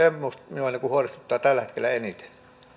minua huolestuttaa tällä hetkellä eniten